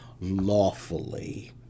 lawfully